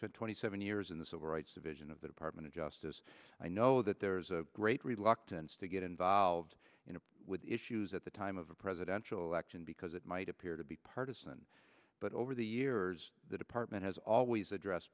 spent twenty seven years in the civil rights division of the department of justice i know that there is a great reluctance to get involved in a issues at the time of a presidential election because it might appear to be partisan but over the years the department has always address